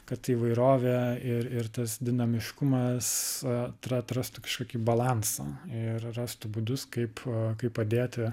kad įvairovė ir ir tas dinamiškumas at atrastų kažkokį balansą ir rastų būdus kaip kaip padėti